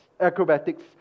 acrobatics